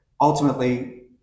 ultimately